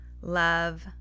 love